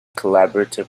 collaborative